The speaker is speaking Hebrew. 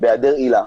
בהיעדר עילה,